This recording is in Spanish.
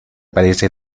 parece